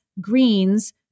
greens